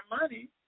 money